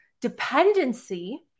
dependency